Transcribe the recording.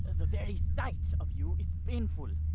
the very sight of you is painful.